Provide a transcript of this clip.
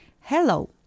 Hello